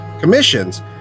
commissions